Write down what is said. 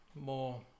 more